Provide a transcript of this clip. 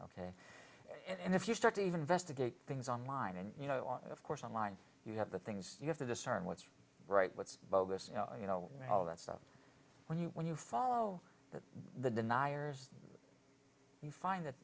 ok and if you start to even investigate things online and you know on of course online you have the things you have to discern what's right what's bogus you know all that stuff when you when you follow that the deniers you find that